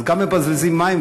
אז גם מבזבזים מים,